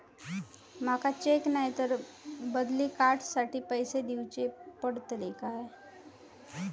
माका चेक नाय तर बदली कार्ड साठी पैसे दीवचे पडतले काय?